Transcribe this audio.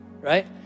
right